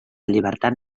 llibertat